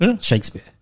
shakespeare